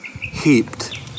heaped